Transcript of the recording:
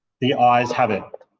the ayes have it.